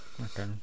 Okay